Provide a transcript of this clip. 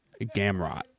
Gamrot